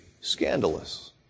scandalous